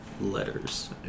letters